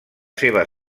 seva